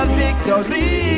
victory